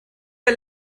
der